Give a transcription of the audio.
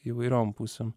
įvairiom pusėm